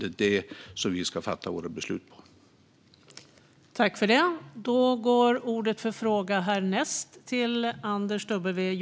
Det är det vi ska fatta våra beslut på.